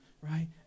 right